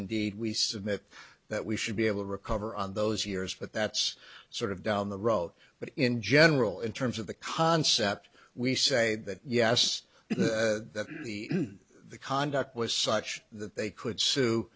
indeed we submit that we should be able to recover on those years but that's sort of down the road but in general in terms of the concept we say that yes the conduct was such that they could sue